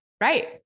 Right